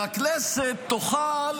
והכנסת תוכל